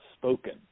spoken